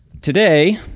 today